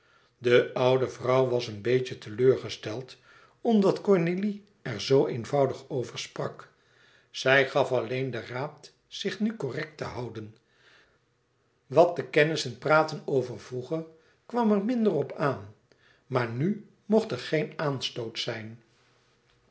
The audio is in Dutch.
de oude vrouw was een beetje teleurgesteld omdat cornélie er zoo eenvoudig over sprak zij gaf alleen den raad zich nu correct te houden wat de kennissen praatten over vroeger kwam er minder op aan maar nu mocht er geen aanstoot zijn